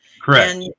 Correct